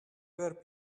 ever